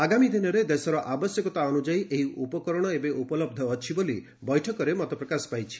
ଆଗାମୀ ଦିନରେ ଦେଶର ଆବଶ୍ୟକତା ଅନ୍ରଯାୟୀ ଏହି ଉପକରଣ ଏବେ ଉପଲହ୍ଧ ଅଛି ବୋଲି ବୈଠକରେ ମତପ୍ରକାଶ ପାଇଛି